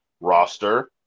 roster